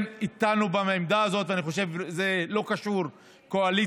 אבל זה לא קשור לחוק.